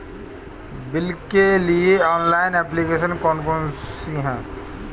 Bill के लिए online application कौन कौन सी हैं?